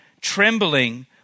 trembling